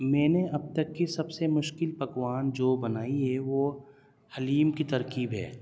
میں نے اب تک کی سب سے مشکل پکوان جو بنائی ہے وہ حلیم کی ترکیب ہے